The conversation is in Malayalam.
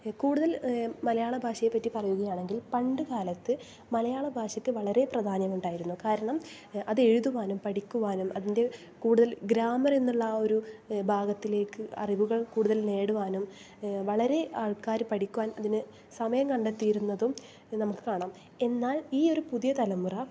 കൂടുതൽ മലയാള ഭാഷയെപ്പറ്റി പറയുകയാണെങ്കിൽ പണ്ട് കാലത്ത് മലയാള ഭാഷക്ക് വളരെ പ്രാധാന്യം ഉണ്ടായിരുന്നു കാരണം അത് എഴുതുവാനും പഠിക്കുവാനും അതിന്റെ കൂടുതൽ ഗ്രാമർ എന്നുള്ള ഒരു ഭാഗത്തിലേക്ക് അറിവുകൾ കൂടുതൽ നേടുവാനും വളരെ ആൾക്കാർ പഠിക്കുവാൻ അതിന് സമയം കണ്ടെത്തിയിരുന്നതും നമുക്ക് കാണാം എന്നാൽ ഈ ഒരു പുതിയ തലമുറ